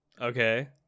Okay